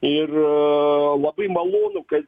ir labai malonu kad